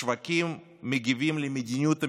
השווקים מגיבים על מדיניות הממשלה,